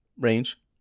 range